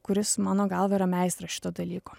kuris mano galva yra meistras šito dalyko